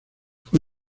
fue